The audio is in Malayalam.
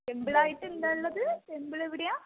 ടെമ്പിളായിട്ട് എന്താ ഉള്ളത് ടെമ്പിള് എവിടെയാ